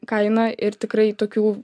kainą ir tikrai tokių